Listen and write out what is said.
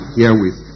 herewith